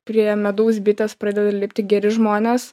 prie medaus bitės pradeda lipti geri žmonės